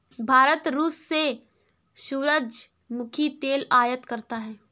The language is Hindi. भारत रूस से सूरजमुखी तेल आयात करता हैं